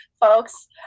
folks